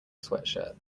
sweatshirt